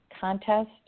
contest